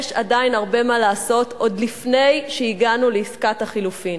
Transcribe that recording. יש עדיין הרבה מה לעשות עוד לפני שהגענו לעסקת החילופים.